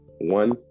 one